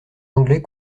anglais